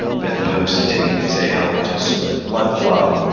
vinpocetine could say, help to support blood flow,